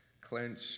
clench